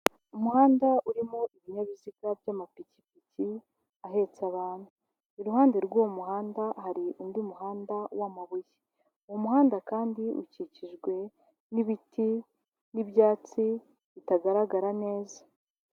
Umuhanda urimo ibinyabiziga by'amapikipiki, ahetse abantu, iruhande rw'uwo muhanda, hari undi muhanda w'amabuye, uwo muhanda kandi ukikijwe n'ibiti n'ibyatsi bitagaragara neza.